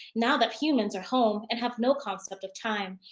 now that humans are home and have no concept of time.